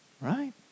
Right